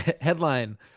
Headline